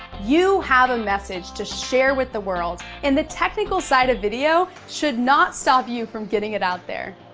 you have a message to share with the world, and the technical side of video should not stop you from getting it out there.